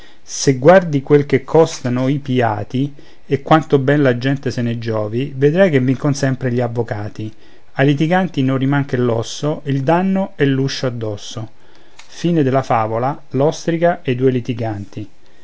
se guardi quel che costano i piati e quanto ben la gente se ne giovi vedrai che vincon sempre gli avvocati ai litiganti non riman che l'osso il danno e l'uscio addosso x